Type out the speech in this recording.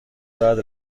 بعد